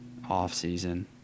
offseason